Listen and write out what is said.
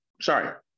Sorry